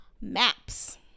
MAPS